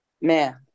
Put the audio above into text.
man